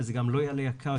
זה גם לא יעלה יקר,